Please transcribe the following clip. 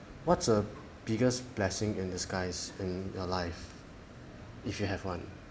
what's the biggest blessing in disguise in your life if you have one